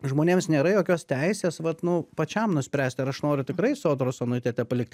žmonėms nėra jokios teisės vat nu pačiam nuspręsti ar aš noriu tikrai sodros anuitete palikti